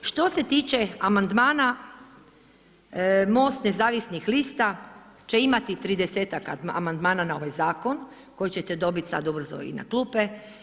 Što se tiče amandmana, MOST nezavisnih lista će imati 30-ak amandmana na ovaj zakon koji ćete dobiti sad ubrzo i na klupe.